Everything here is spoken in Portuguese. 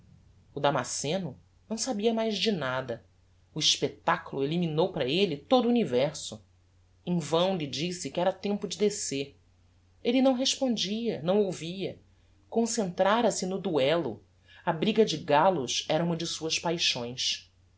o damasceno não sabia mais de nada o espectaculo eliminou para elle todo o universo em vão lhe disse que era tempo de descer elle não respondia não ouvia concentrara se no duello a briga de gallos era uma de suas paixões